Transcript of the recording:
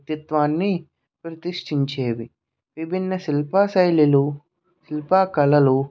వ్యక్తిత్వాన్ని ప్రతిష్టించేవి విభిన్న శిల్పశైలులు శిల్పకళలు